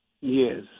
Yes